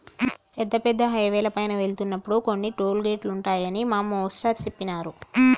పెద్ద పెద్ద హైవేల పైన వెళ్తున్నప్పుడు కొన్ని టోలు గేటులుంటాయని మా మేష్టారు జెప్పినారు